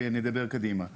ואז נדבר קדימה.